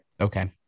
okay